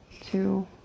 two